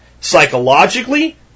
psychologically